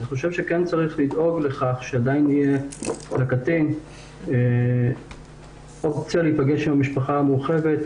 צריך לדאוג לכך שלקטין עדיין תהיה אופציה להיפגש עם המשפחה המורחבת,